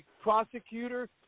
prosecutor